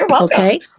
okay